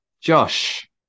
Josh